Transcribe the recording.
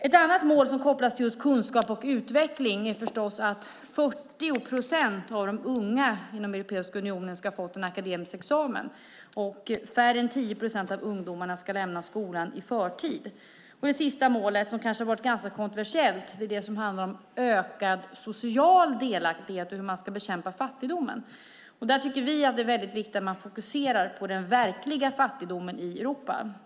Ett annat mål som kopplas till kunskap och utveckling är att 40 procent av de unga inom Europeiska unionen ska få en akademisk examen och att mindre än 10 procent av ungdomarna ska lämna skolan i förtid. Det sista målet, som har varit ganska kontroversiellt, handlar om ökad social delaktighet och bekämpning av fattigdomen. Vi tycker att det är viktigt att man fokuserar på den verkliga fattigdomen i Europa.